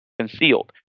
concealed